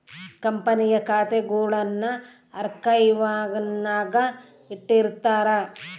ಕಂಪನಿಯ ಖಾತೆಗುಳ್ನ ಆರ್ಕೈವ್ನಾಗ ಇಟ್ಟಿರ್ತಾರ